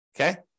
Okay